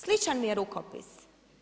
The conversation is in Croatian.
Sličan mi je rukopis.